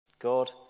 God